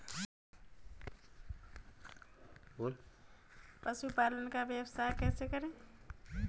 पशुपालन का व्यवसाय कैसे करें?